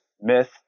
myth